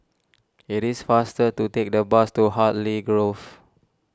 it is faster to take the bus to Hartley Grove